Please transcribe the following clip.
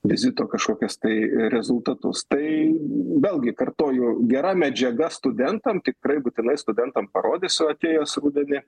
vizito kažkokius tai rezultatus tai vėlgi kartoju gera medžiaga studentam tikrai būtinai studentam parodysiu atėjęs rudenį